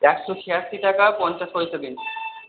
একশো ছিয়াশি টাকা পঞ্চাশ পয়সা দিন